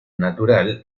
natural